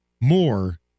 more